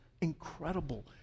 incredible